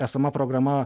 esama programa